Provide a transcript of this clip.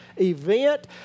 event